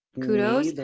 kudos